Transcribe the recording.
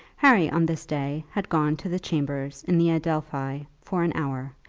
harry on this day had gone to the chambers in the adelphi for an hour,